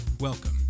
Welcome